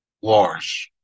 wars